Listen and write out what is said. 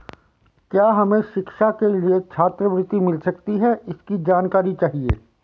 क्या हमें शिक्षा के लिए छात्रवृत्ति मिल सकती है इसकी जानकारी चाहिए?